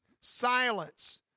silence